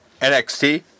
NXT